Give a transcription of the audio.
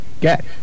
get